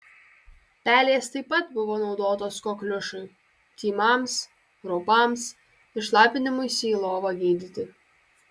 pelės taip pat buvo naudotos kokliušui tymams raupams ir šlapinimuisi į lovą gydyti